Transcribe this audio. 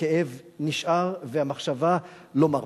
הכאב נשאר והמחשבה לא מרפה.